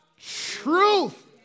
truth